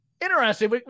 Interesting